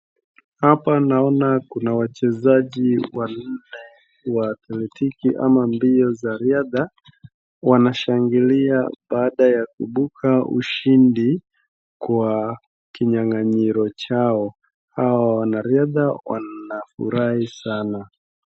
Hapa naona Kuna wachezaji wanne wa athletiki ama mbio za riadha. Wanashangilia baada ya kuibuka ushindi kwa kinyang'anyiro chao, hao wanariadha wanafurahi sana.